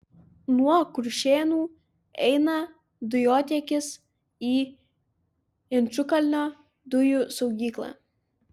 nuo kuršėnų eina dujotiekis į inčukalnio dujų saugyklą